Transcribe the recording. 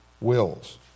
wills